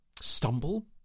stumble